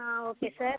okay sir